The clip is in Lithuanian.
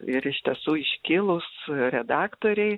ir iš tiesų iškilūs redaktoriai